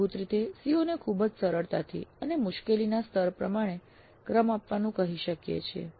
મૂળભૂત રીતે COને ખુબ જ સરળતાથી અને મુશ્કેલીના સ્તર પ્રમાણે ક્રમ આપવાનું કહી શકીએ છીએ